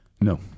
No